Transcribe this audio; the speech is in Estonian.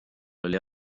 oli